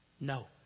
No